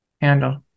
handle